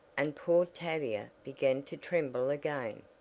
and poor tavia began to tremble again.